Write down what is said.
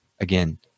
again